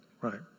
right